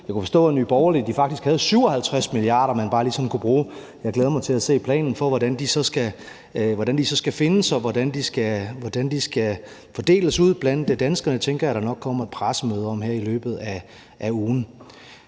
Jeg kunne forstå, at Nye Borgerlige faktisk havde 57 mia. kr., man bare sådan lige kunne bruge. Jeg glæder mig til at se planen for, hvordan de så skal findes, og hvordan de skal fordeles blandt danskerne. Det tænker jeg der nok kommer et pressemøde om her i løbet af ugen.